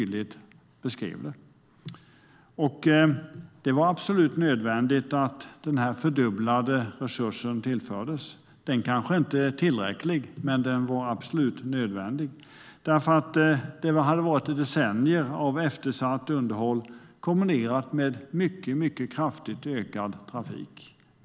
Det var absolut nödvändigt att dessa fördubblade resurser tillfördes. Det kanske inte är tillräckligt, men det var absolut nödvändigt, efter decennier av eftersatt underhåll kombinerat med en kraftigt ökad trafik.